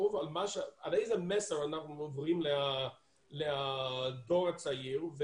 איזה מסר אנחנו מעבירים לדור הצעיר,